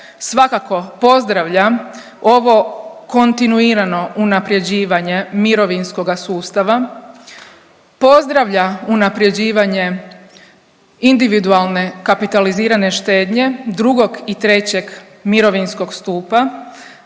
svakako pozdravlja ovo kontinuirano unapređivanje mirovinskoga sustava, pozdravlja unapređivanje individualne kapitalizirane štednje 2. i 3. mirovinskog stupa,